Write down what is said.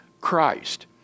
Christ